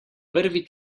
prvi